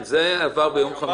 כן, זה עבר ביום חמישי.